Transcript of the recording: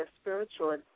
spiritual